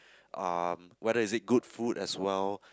um whether is it good food as well